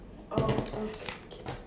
oh okay